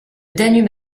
danube